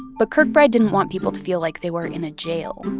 but kirkbride didn't want people to feel like they were in a jail,